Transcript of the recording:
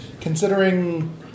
considering